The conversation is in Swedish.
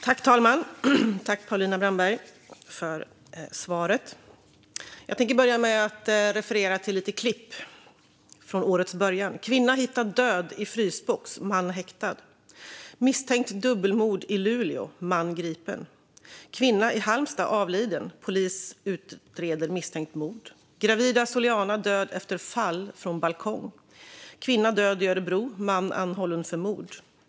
Fru talman! Tack, Paulina Brandberg, för svaret! Jag tänker börja med att referera till lite rubriker från årets början: Kvinna hittad död i frysbox, man häktad. Misstänkt dubbelmord i Luleå, man gripen. Kvinna i Halmstad avliden, polis utreder misstänkt mord. Gravida Soliana död efter fall från balkong. Kvinna död i Örebro, man anhållen för mord.